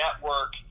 network